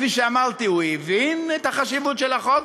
כפי שאמרתי, הוא הבין את החשיבות של החוק,